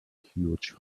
huge